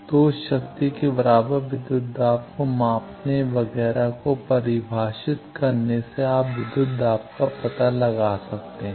तो उस शक्ति से बराबर विद्युत दाब को मापने वगैरह को परिभाषित करने से आप विद्युत दाब का पता लगा सकते हैं